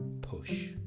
PUSH